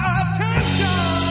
attention